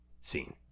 scene